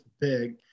big